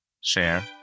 share